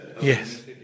Yes